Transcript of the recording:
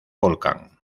volcán